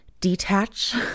Detach